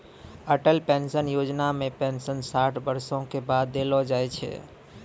Atal pension Yojana मे pension साठ बरसो के बाद देलो जाय छै